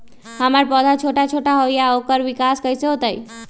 हमर पौधा छोटा छोटा होईया ओकर विकास कईसे होतई?